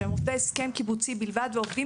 שהם עובדי הסכם קיבוצי בלבד ועובדים